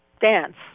dance